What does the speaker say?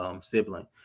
sibling